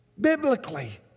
Biblically